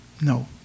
No